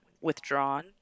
withdrawn